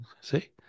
See